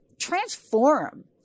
transform